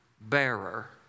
bearer